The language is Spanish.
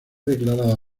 declarada